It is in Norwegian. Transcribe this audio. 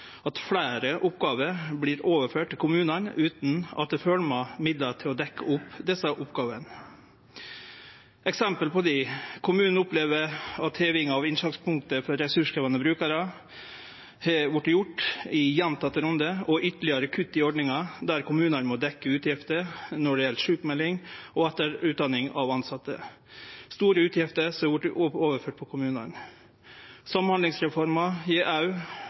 at fleire oppgåver vert overførte til kommunane, utan at det følgjer med midlar til å dekkje opp desse oppgåvene. Eksempel på det: Kommunane opplever at heving av innslagspunktet for ressurskrevjande brukarar har vorte gjord i gjentekne rundar, og det er ytterlegare kutt i ordninga, der kommunane må dekkje utgifter når det gjeld sjukmelding og etterutdanning av tilsette – store utgifter som har vorte overførte til kommunane. Samhandlingsreforma